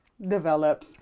develop